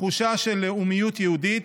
תחושה של לאומיות יהודית,